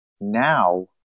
Now